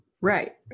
right